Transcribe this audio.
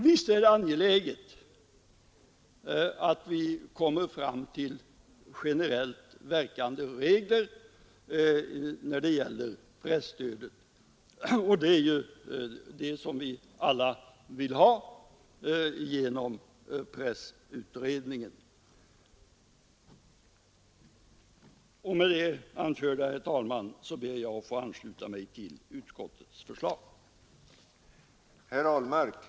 Visst är det angeläget att vi kommer fram till generellt verkande regler när det gäller presstödet, och det är ju vad vi alla vill ha genom pressutredningen. Med det anförda, herr talman, ber jag att få ansluta mig till utskottets förslag. stödjande ändamål